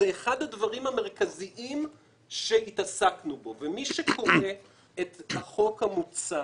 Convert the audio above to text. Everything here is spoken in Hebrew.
זה אחד הדברים המרכזיים שהתעסקנו בו ומי שקורה את החוק המוצע